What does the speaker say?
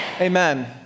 amen